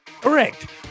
Correct